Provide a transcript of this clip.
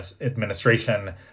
administration